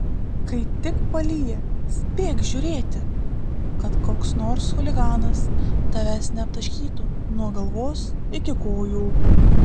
kai tik palyja spėk žiūrėti kad koks nors chuliganas tavęs neaptaškytų nuo galvos iki kojų